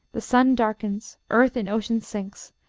the sun darkens, earth in ocean sinks,